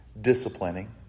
disciplining